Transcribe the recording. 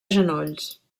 genolls